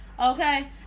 okay